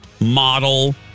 model